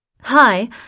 Hi